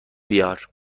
بیار